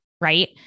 right